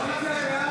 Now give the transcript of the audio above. (קורא בשמות חברי הכנסת)